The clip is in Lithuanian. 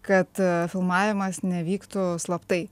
kad filmavimas nevyktų slaptai